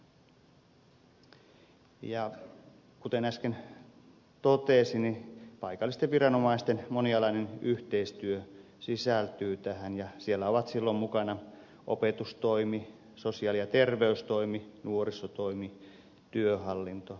kuten äsken totesin paikallisten viranomaisten monialainen yhteistyö sisältyy tähän ja siellä ovat silloin mukana opetustoimi sosiaali ja terveystoimi nuorisotoimi työhallinto poliisihallinto